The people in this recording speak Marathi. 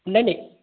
नाही नाही